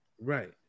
Right